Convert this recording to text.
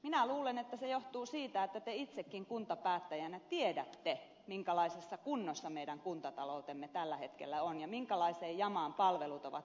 minä luulen että se johtuu siitä että te itsekin kuntapäättäjänä tiedätte minkälaisessa kunnossa meidän kuntataloutemme tällä hetkellä on ja minkälaiseen jamaan palvelut ovat menossa